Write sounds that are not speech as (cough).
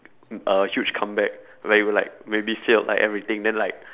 (noise) a huge comeback where you'd like maybe failed like everything then like